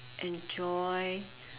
enjoy